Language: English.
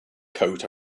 coat